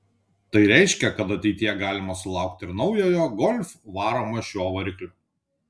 tai reiškia kad ateityje galima sulaukti ir naujojo golf varomo šiuo varikliu